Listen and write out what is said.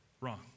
wrong